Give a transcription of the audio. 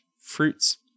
fruits